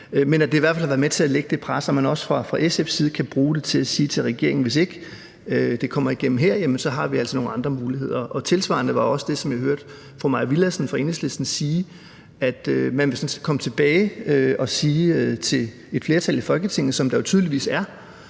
sættemødet her, og så må vi jo se – som gør, at man også fra SF's side kan bruge det til at sige til regeringen: Hvis ikke det kommer igennem her, har vi altså nogle andre muligheder. Tilsvarende hørte jeg også fru Mai Villadsen fra Enhedslisten sige, at man ville komme tilbage og sige til et flertal i Folketinget, som der jo tydeligvis er,